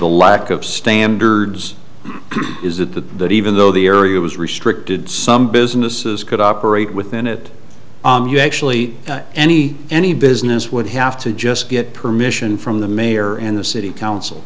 the lack of standards is that the that even though the area was restricted some businesses could operate within it actually any any business would have to just get permission from the mayor and the city council